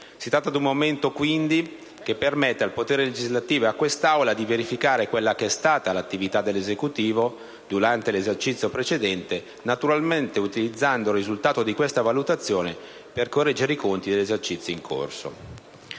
Si tratta di un momento, quindi, che permette al potere legislativo e a quest'Aula di verificare quella che è stata l'attività dell'Esecutivo durante l'esercizio precedente, naturalmente utilizzando il risultato di questa valutazione per correggere i conti dell'esercizio in corso.